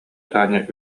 таня